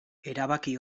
erabaki